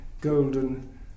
golden